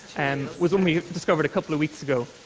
and was one we discovered a couple of weeks ago.